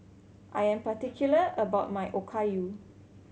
I am particular about my Okayu